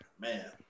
Man